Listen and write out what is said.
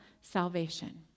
salvation